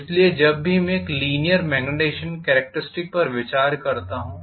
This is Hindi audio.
इसलिए जब भी मैं एक लीनीयर मॅग्नीटिज़ेशन कॅरेक्टरिस्टिक्स पर विचार करता हूं